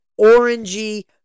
orangey